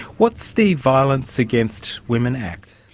what's the violence against women act?